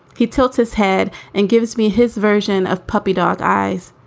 he tells his head and gives me his version of puppy dog eyes.